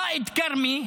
רא'אד אל-כרמי,